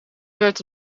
werd